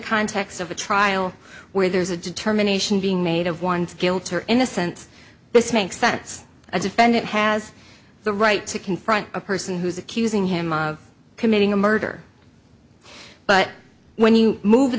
context of a trial where there's a determination being made of one's guilt or innocence this makes sense a defendant has the right to confront a person who's accusing him of committing a murder but when you move